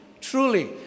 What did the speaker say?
truly